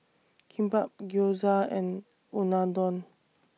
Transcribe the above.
Kimbap Gyoza and Unadon